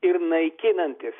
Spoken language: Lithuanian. ir naikinantis